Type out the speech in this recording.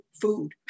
food